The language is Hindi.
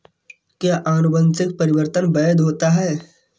क्या अनुवंशिक परिवर्तन वैध होता है?